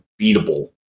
beatable